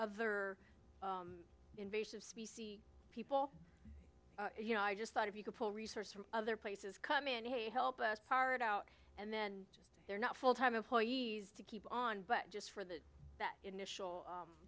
other invasive species people you know i just thought if you could pull resources from other places come in hey help us part out and then they're not full time employees to keep on but just for the initial